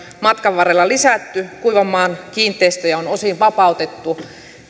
matkan varrella lisätty kuivan maan kiinteistöjä on osin vapautettu